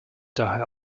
daher